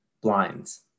Blinds